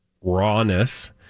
rawness